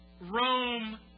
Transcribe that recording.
Rome